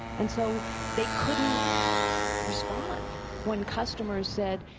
and so they couldn't respond when customers said,